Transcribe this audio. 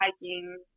hiking